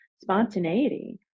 spontaneity